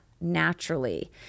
naturally